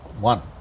one